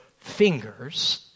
fingers